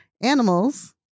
Animals